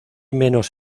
menos